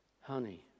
honey